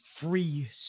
free